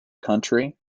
county